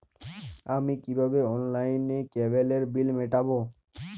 আমি কিভাবে অনলাইনে কেবলের বিল মেটাবো?